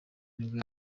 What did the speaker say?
nibwo